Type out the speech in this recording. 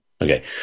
Okay